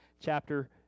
chapter